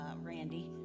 Randy